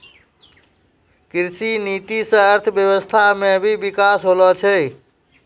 कृषि नीति से अर्थव्यबस्था मे भी बिकास होलो छै